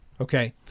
Okay